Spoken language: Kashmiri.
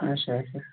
اچھا اچھا